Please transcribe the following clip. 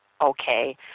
okay